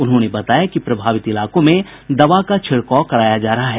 उन्होंने बताया कि प्रभावित इलाकों में दवा का छिड़काव कराया जा रहा है